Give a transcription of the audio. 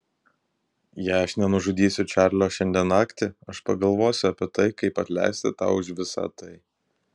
jei aš nenužudysiu čarlio šiandien naktį aš pagalvosiu apie tai kaip atleisti tau už visą tai